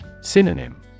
Synonym